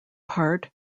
part